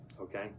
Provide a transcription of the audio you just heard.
okay